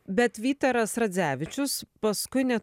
bet vytaras radzevičius paskui ne